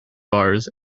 bars